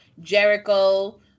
Jericho